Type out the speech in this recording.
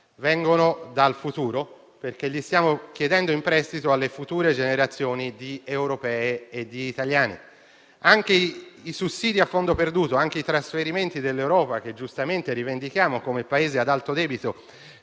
vengono dal futuro, perché li stiamo chiedendo in prestito alle future generazioni di europei e di italiani. Neanche i sussidi a fondo perduto vengono da Marte, come pure i trasferimenti dell'Europa, che giustamente rivendichiamo come Paese ad alto debito,